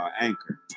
Anchor